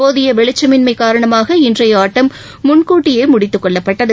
போதிய வெளிச்சமின்ஸை காரணமாக இன்றைய ஆட்டம் முன்கூட்டியே முடித்துக் கொள்ளப்பட்டது